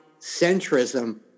centrism